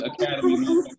Academy